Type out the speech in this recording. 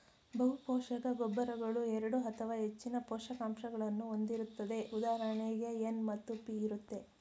ಬಹುಪೋಷಕ ಗೊಬ್ಬರಗಳು ಎರಡು ಅಥವಾ ಹೆಚ್ಚಿನ ಪೋಷಕಾಂಶಗಳನ್ನು ಹೊಂದಿರುತ್ತದೆ ಉದಾಹರಣೆಗೆ ಎನ್ ಮತ್ತು ಪಿ ಇರುತ್ತೆ